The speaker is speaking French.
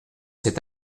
cet